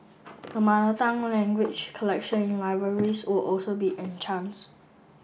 the Mother Tongue language collections in libraries will also be